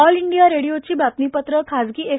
all India रेडिओची बातमीपत्रं खाजगी एफ